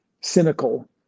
cynical